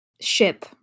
ship